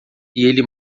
ele